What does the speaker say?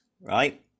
right